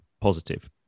positive